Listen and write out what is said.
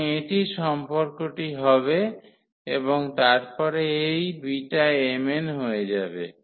সুতরাং এটি সম্পর্কটি হবে এবং তারপরে এই Bmn হয়ে যাবে